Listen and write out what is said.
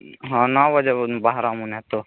ହଁ ନଅ ବଜେ କହୁଛନ୍ତି ବାହାରମୁ ନେଇଁ ତ